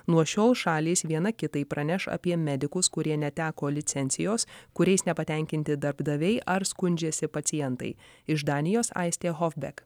nuo šiol šalys viena kitai praneš apie medikus kurie neteko licencijos kuriais nepatenkinti darbdaviai ar skundžiasi pacientai iš danijos aistė hofbek